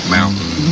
Mountain